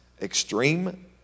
extreme